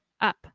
up